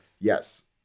yes